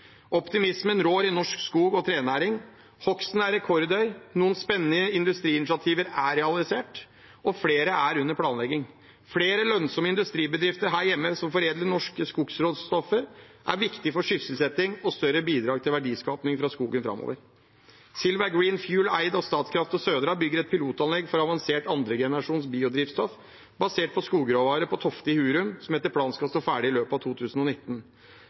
Optimismen rår i norsk skog- og trenæring. Hogsten er rekordhøy. Noen spennende industriinitiativer er realisert, og flere er under planlegging. Flere lønnsomme industribedrifter her hjemme som foredler norsk skogsråstoff, er viktig for sysselsetting og større bidrag til verdiskaping fra skogen framover. Silva Green Fuel, eid av Statkraft og Södra, bygger et pilotanlegg for avansert andregenerasjons biodrivstoff basert på skogsråvare på Tofte i Hurum, som etter planen skal stå ferdig i løpet av 2019.